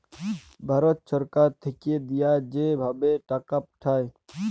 ভারত ছরকার থ্যাইকে দিঁয়া যে ভাবে টাকা পাঠায়